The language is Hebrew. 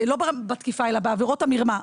לא בתקיפה אלא בעבירות המרמה.